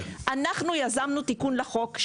אנחנו יזמנו תיקון לחוק,